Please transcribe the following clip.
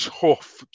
tough